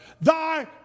thy